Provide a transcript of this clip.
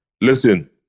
Listen